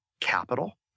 capital